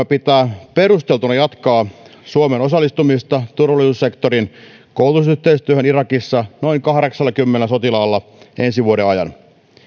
pitää perusteltuna jatkaa suomen osallistumista turvallisuussektorin koulutusyhteistyöhön irakissa noin kahdeksallakymmenellä sotilaalla ensi vuoden ajan